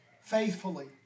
faithfully